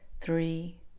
three